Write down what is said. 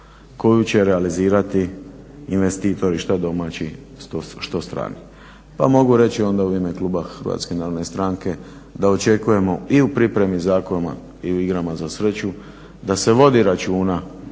koju će realizirati investitori što domaći, što strani. Pa mogu reći onda u ime kluba Hrvatske narodne stranke da očekujemo i u pripremi Zakona i igrama za sreću da se vodi računa